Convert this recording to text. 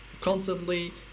constantly